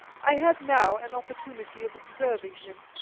i had now an opportunity of observing him,